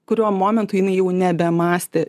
kuriuo momentu jinai jau nebemąstė